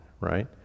right